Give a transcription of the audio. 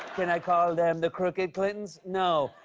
can i call them the crooked clintons? no.